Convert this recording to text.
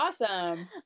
awesome